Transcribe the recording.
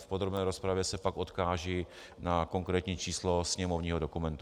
V podrobné rozpravě se pak odkážu na konkrétní číslo sněmovního dokumentu.